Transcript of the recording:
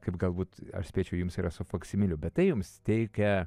kaip galbūt aš spėčiau jums yra su faksimiliu bet tai jums teikia